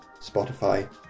Spotify